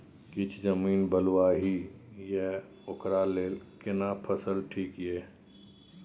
किछ जमीन बलुआही ये ओकरा लेल केना फसल ठीक ये?